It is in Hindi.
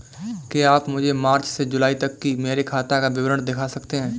क्या आप मुझे मार्च से जूलाई तक की मेरे खाता का विवरण दिखा सकते हैं?